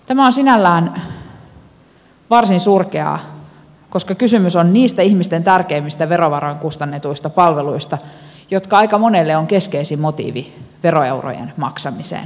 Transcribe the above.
tämä on sinällään varsin surkeaa koska kysymys on niistä ihmisten tärkeimmistä verovaroin kustannetuista palveluista jotka aika monelle ovat keskeisin motiivi veroeurojen maksamiseen